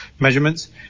measurements